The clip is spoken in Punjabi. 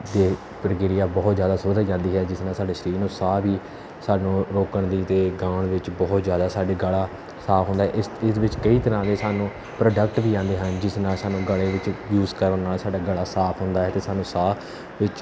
ਅਤੇ ਪ੍ਰਕਿਰਿਆ ਬਹੁਤ ਜ਼ਿਆਦਾ ਸੁਧਰ ਜਾਂਦੀ ਹੈ ਜਿਸ ਨਾਲ ਸਾਡੇ ਸਰੀਰ ਨੂੰ ਸਾਹ ਵੀ ਸਾਨੂੰ ਰੋਕਣ ਦੀ ਅਤੇ ਗਾਉਣ ਵਿੱਚ ਬਹੁਤ ਜ਼ਿਆਦਾ ਸਾਡੇ ਗਲਾ ਸਾਫ ਹੁੰਦਾ ਇਸ ਚੀਜ਼ ਵਿੱਚ ਕਈ ਤਰ੍ਹਾਂ ਦੇ ਸਾਨੂੰ ਪ੍ਰੋਡਕਟ ਵੀ ਆਉਂਦੇ ਹਨ ਜਿਸ ਨਾਲ ਸਾਨੂੰ ਗਲੇ ਵਿੱਚ ਯੂਜ ਕਰਨ ਨਾਲ ਸਾਡਾ ਗਲਾ ਸਾਫ਼ ਹੁੰਦਾ ਹੈ ਅਤੇ ਸਾਨੂੰ ਸਾਹ ਵਿੱਚ